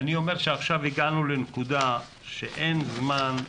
אני אומר שעכשיו הגענו לנקודה שאין זמן,